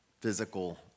physical